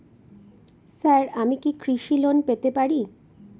Sir আমি কি কৃষি লোন পেতে পারি?